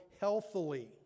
healthily